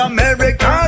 America